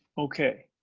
okay.